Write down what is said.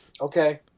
Okay